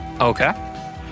Okay